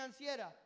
financiera